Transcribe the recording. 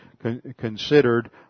considered